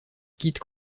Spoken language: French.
quitte